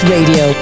Radio